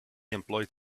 employed